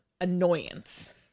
annoyance